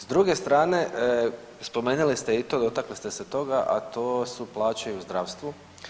S druge strane spomenuli ste i to, dotakli ste se toga a to su plaće i u zdravstvu.